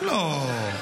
לא.